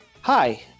Hi